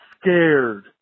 scared